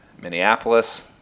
Minneapolis